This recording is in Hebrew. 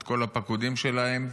את כל הפקודים שלהם,